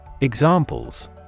Examples